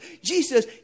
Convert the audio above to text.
Jesus